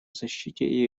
защите